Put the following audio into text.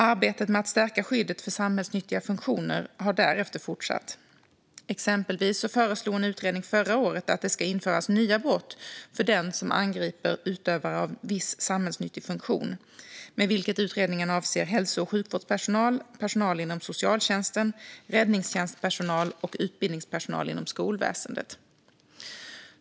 Arbetet med att stärka skyddet för samhällsnyttiga funktioner har därefter fortsatt. Exempelvis föreslog en utredning förra året att det ska införas nya brott för den som angriper utövare av viss samhällsnyttig funktion, med vilket utredningen avser hälso och sjukvårdspersonal, personal inom socialtjänsten, räddningstjänstpersonal och utbildningspersonal inom skolväsendet .